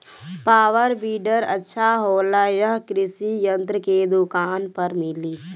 Power weeder अच्छा होला यह कृषि यंत्र के दुकान पर मिली?